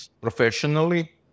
professionally